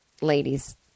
ladies